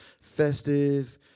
festive